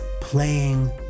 playing